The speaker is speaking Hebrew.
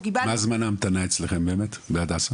מה זמן ההמתנה אצלכם בהדסה?